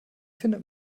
findet